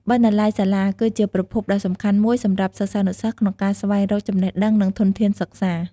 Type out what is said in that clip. បណ្ណាល័យសាលាគឺជាប្រភពដ៏សំខាន់មួយសម្រាប់សិស្សានុសិស្សក្នុងការស្វែងរកចំណេះដឹង និងធនធានសិក្សា។